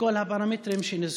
בכל הפרמטרים שנזכרו: